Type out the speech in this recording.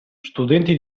studenti